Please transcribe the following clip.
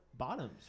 bottoms